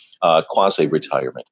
quasi-retirement